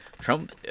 Trump